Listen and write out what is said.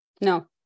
no